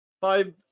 five